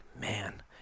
Man